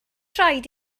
rhaid